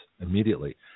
immediately